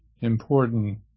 important